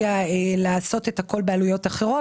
לעשות את הכול בעלויות אחרות,